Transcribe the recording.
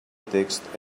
text